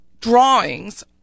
drawings